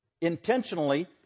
intentionally